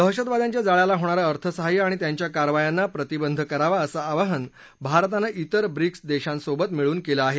दहशतवाद्यांच्या जाळ्याला होणारं अर्थसाहाय्य आणि त्यांच्या कारवायांना प्रतिबंध करावा असं आवाहन भारतानं इतर ब्रिक्स देशांसोबत मिळून केलं आहे